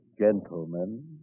gentlemen